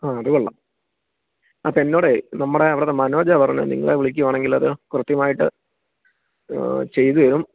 ആ അത് കൊള്ളാം അപ്പം എന്നോടെ നമ്മുടെ അവിടുത്തെ മനോജ് ആ പറഞ്ഞത് നിങ്ങളെ വിളിക്കുവാണേൽ അത് കൃത്യമായിട്ട് ചെയ്തു തരും